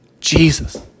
Jesus